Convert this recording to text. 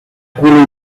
culo